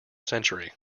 century